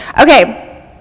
Okay